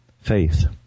faith